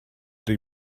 rhoi